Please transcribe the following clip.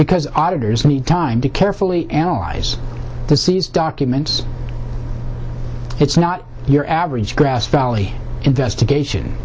because auditors need time to carefully analyze the c s documents it's not your average grass valley investigation